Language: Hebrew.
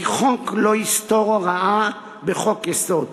וכי חוק לא יסתור הוראה בחוק-יסוד,